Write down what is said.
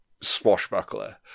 swashbuckler